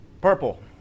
Purple